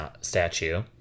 statue